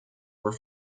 were